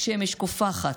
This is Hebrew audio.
השמש קופחת.